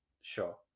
Sure